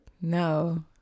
No